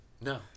No